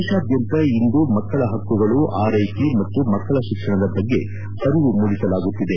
ದೇಶಾದ್ಯಂತ ಇಂದು ಮಕ್ಕಳ ಹಕ್ಕುಗಳು ಆರೈಕೆ ಮತ್ತು ಮಕ್ಕಳ ಶಿಕ್ಷಣದ ಬಗ್ಗೆ ಅರಿವು ಮೂಡಿಸಲಾಗುತ್ತಿದೆ